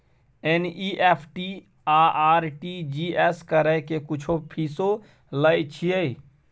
NEFT आ RTGS करै के कुछो फीसो लय छियै?